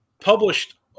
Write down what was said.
published